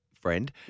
friend